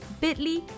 bit.ly